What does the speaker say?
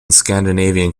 scandinavian